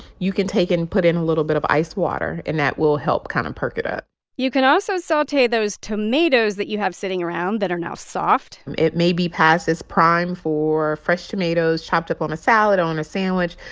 you can take and put in a little bit of ice water, and that will help kind of perk it up you can also saute those tomatoes that you have sitting around that are now soft it may be past its prime for fresh tomatoes chopped up on a salad or on a sandwich,